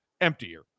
emptier